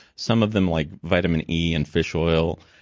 some of them, like vitamin e and fish oil,